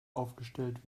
aufgestellt